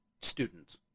student